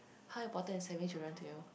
how important is having children to you